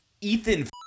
Ethan